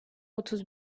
otuz